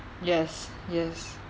yes yes